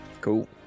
Cool